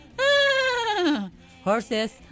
Horses